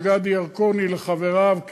לגדי ירקוני ולחבריו.